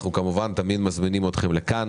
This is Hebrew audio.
אנחנו כמובן תמיד מזמינים אתכם לכאן